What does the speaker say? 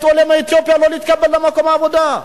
העולה מאתיופיה מלהתקבל למקום העבודה.